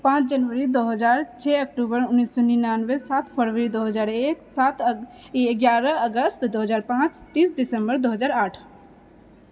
पांँच जनवरी दो हजार छओ अक्टूबर उन्नैस सए निनानबे सात फरवरी दो हजार एक सात ई एगारह अगस्त दो हजार पांँच तीस दिसम्बर दो हजार आठ